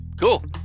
Cool